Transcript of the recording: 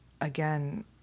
again